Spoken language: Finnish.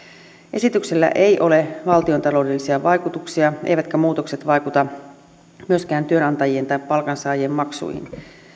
esityksellä ei ole valtiontaloudellisia vaikutuksia eivätkä muutokset vaikuta myöskään työnantajien tai palkansaajien maksuihin